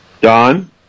Don